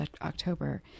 October